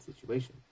situation